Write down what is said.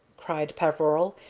cried peveril,